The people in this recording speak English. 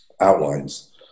outlines